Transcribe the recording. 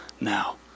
now